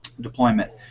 deployment